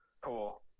Cool